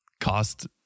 cost